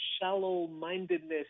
shallow-mindedness